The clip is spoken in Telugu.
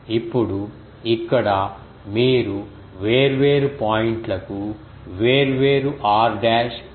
ఇప్పుడు ఇక్కడ మీరు వేర్వేరు పాయింట్లకు వేర్వేరు r డాష్ కలిగి ఉంటారు